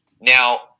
Now